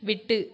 விட்டு